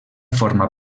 forma